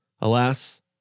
Alas